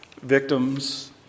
victims